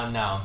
no